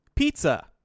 Pizza